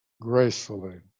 gracefully